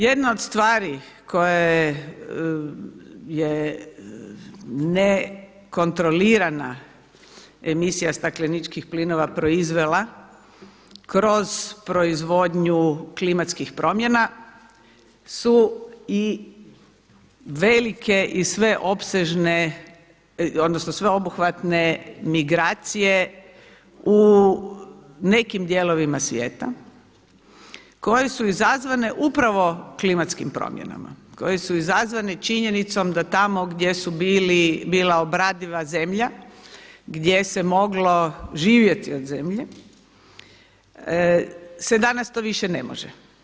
Jedna od stvari koja je ne kontrolirana emisija stakleničkih plinova proizvela kroz proizvodnju klimatskih promjena su i velike i sve opsežne, odnosno sveobuhvatne migracije u nekim dijelovima svijeta, koje su izazvane upravo klimatskim promjenama, koje su izazvane činjenicom da tamo gdje su bili, bila obradiva zemlja, gdje se moglo živjeti od zemlje se danas to više ne može.